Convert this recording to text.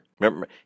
Remember